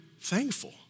thankful